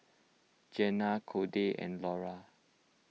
Gena Codey and Lora